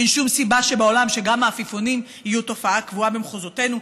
אין שום סיבה שבעולם שגם העפיפונים יהיו תופעה קבועה במחוזותינו,